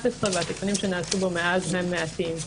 2011. התיקונים שנעשו בו מאז הם מעטים.